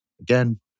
Again